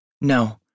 No